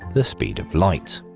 the speed of light.